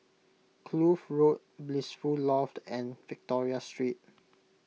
Kloof Road Blissful Loft and Victoria Street